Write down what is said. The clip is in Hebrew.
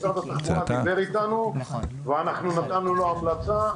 משרד התחבורה דיבר איתנו ואנחנו נתנו לו המלצה,